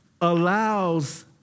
allows